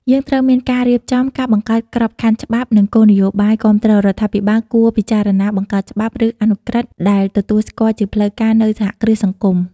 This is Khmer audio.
យើងត្រូវមានការរៀបចំ ការបង្កើតក្របខ័ណ្ឌច្បាប់ និងគោលនយោបាយគាំទ្រ រដ្ឋាភិបាលគួរពិចារណាបង្កើតច្បាប់ ឬអនុក្រឹត្យ ដែលទទួលស្គាល់ជាផ្លូវការនូវសហគ្រាសសង្គម ។